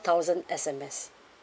thousand S_M_S